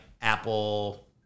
apple